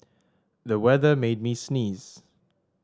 the weather made me sneeze